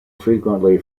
frequently